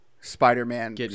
Spider-Man